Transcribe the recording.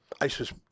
ISIS